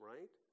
Right